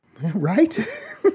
Right